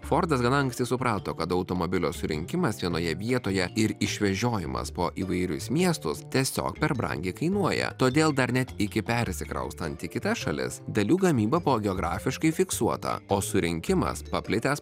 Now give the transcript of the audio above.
fordas gana anksti suprato kad automobilio surinkimas vienoje vietoje ir išvežiojimas po įvairius miestuos tiesiog per brangiai kainuoja todėl dar net iki persikraustant į kitą šalis dalių gamyba buvo geografiškai fiksuota o surinkimas paplitęs